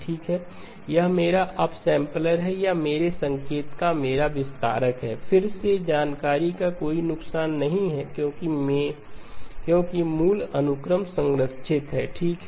ठीक है यह मेरा अपसैंपलर या मेरे संकेत का मेरा विस्तारक है फिर से जानकारी का कोई नुकसान नहीं है क्योंकि मूल अनुक्रम संरक्षित है ठीक है